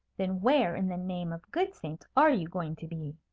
then where in the name of good saints are you going to be?